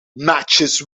matches